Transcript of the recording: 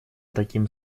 таким